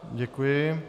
Děkuji.